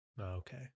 okay